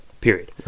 period